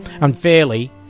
Unfairly